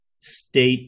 state